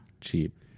cheap